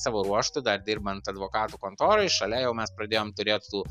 savo ruožtu dar dirbant advokatų kontoroj šalia jau mes pradėjom turėt tų